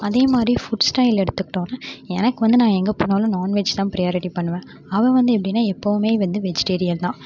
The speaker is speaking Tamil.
அதே மாதிரி ஃபுட் ஸ்டைல் எடுத்துகிட்டோம்ன்னா எனக்கு வந்து நான் எங்கே போனாலும் நான்வெஜ் தான் ப்ரியாரிட்டி பண்ணுவேன் அவள் வந்து எப்படினா எப்போவுமே வந்து வெஜ்டேரியன் தான்